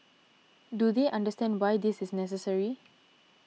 do they understand why this is necessary